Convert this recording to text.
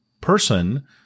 person